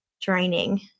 draining